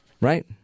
Right